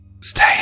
stay